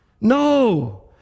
No